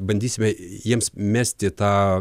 bandysime jiems mesti tą